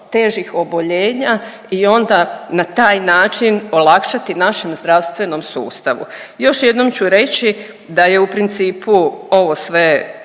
težih oboljenja i onda na taj način olakšati našem zdravstvenom sustavu. Još jednom ću reći da je u principu ovo sve